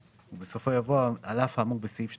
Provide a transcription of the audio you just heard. ובסופו יבוא "על האף האמור בסעיף 2,